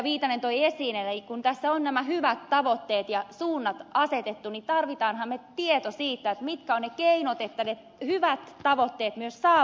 viitanen toi esiin että kun tässä on nämä hyvät tavoitteet ja suunnat asetettu niin tarvitsemmehan me tiedon siitä mitkä ovat ne keinot että ne hyvät tavoitteet myös saavutetaan